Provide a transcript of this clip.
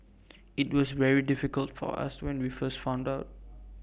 IT was very difficult for us when we first found out